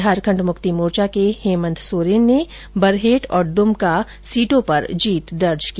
झारखंड मुक्ति मोर्चा के हेमंत सोरेन ने बरहेट और दुमका सीटों पर जीत दर्ज की